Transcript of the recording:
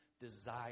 desire